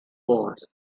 wars